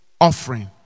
offering